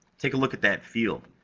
take a look at that field.